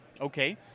Okay